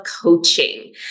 coaching